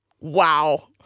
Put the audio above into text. Wow